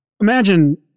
imagine